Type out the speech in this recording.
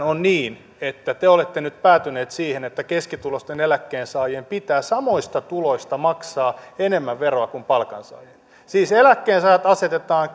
on niin että te olette nyt päätyneet siihen että keskituloisten eläkkeensaajien pitää samoista tuloista maksaa enemmän veroa kuin palkansaajien siis keskituloiset eläkkeensaajat asetetaan